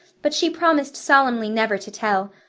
but she promised solemnly never to tell,